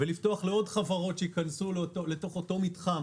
ולפתוח לעוד חברות שייכנסו לתוך אותו מתחם